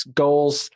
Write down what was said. goals